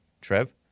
Trev